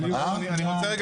ג.